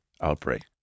outbreak